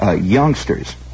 youngsters